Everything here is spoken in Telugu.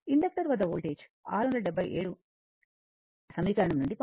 ఇండక్టర్ వద్ద వోల్టేజ్ 6 77 సమీకరణం నుండి పొందవచ్చు